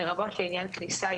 לרבות לעניין כניסה,